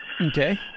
Okay